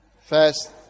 First